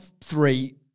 three